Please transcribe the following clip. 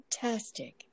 fantastic